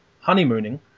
honeymooning